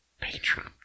Patron